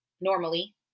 normally